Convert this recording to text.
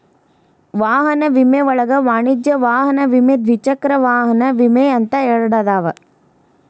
ವಾಹನ ವಿಮೆ ಒಳಗ ವಾಣಿಜ್ಯ ವಾಹನ ವಿಮೆ ದ್ವಿಚಕ್ರ ವಾಹನ ವಿಮೆ ಅಂತ ಎರಡದಾವ